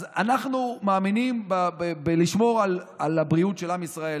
אז אנחנו מאמינים בלשמור על הבריאות של עם ישראל,